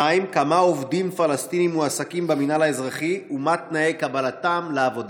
2. כמה עובדים פלסטינים מועסקים במינהל האזרחי ומה תנאי קבלתם לעבודה?